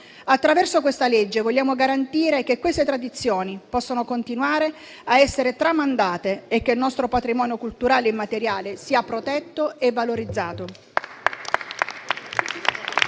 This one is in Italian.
Attraverso questo disegno di legge vogliamo garantire che queste tradizioni possano continuare a essere tramandate e che il nostro patrimonio culturale immateriale sia protetto e valorizzato.